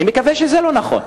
אני מקווה שזה לא נכון.